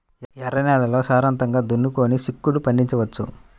ఎర్ర నేలల్లో సారవంతంగా దున్నుకొని చిక్కుళ్ళు పండించవచ్చు